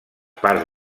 parts